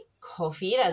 coffee